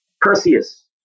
Perseus